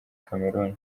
cameroon